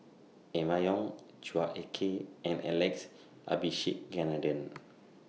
Emma Yong Chua Ek Kay and Alex Abisheganaden